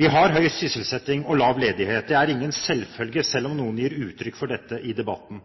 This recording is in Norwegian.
Vi har høy sysselsetting og lav ledighet. Det er ingen selvfølge, selv om noen gir uttrykk for dette i debatten.